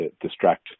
distract